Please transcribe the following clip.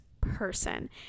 person